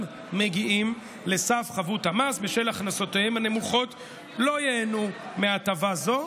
מגיעים לסף חבות המס בשל הכנסותיהם הנמוכות לא ייהנו מהטבה זו,